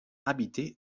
habiter